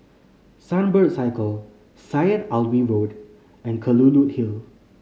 Sunbird Circle Syed Alwi Road and Kelulut Hill